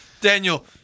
Daniel